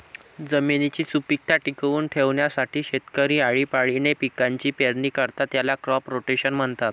जमिनीची सुपीकता टिकवून ठेवण्यासाठी शेतकरी आळीपाळीने पिकांची पेरणी करतात, याला क्रॉप रोटेशन म्हणतात